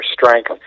strength